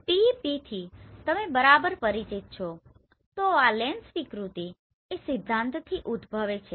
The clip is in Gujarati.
PP થી તમે બરાબર પરિચિત છો તો આ લેન્સ વિકૃતિ એ સિદ્ધાંતથી ઉદભવે છે